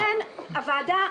--- לכן הוועדה,